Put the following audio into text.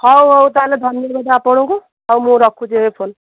ହେଉ ହେଉ ତାହେଲେ ଧନ୍ୟବାଦ ଆପଣଙ୍କୁ ହେଉ ମୁଁ ରଖୁଛି ଏବେ ଫୋନ୍